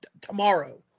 tomorrow